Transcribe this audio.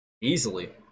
Easily